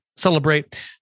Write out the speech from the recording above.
celebrate